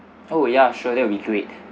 oh ya sure that'll be great